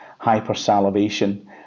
hypersalivation